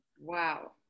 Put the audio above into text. wow